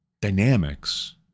dynamics